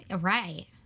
Right